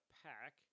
pack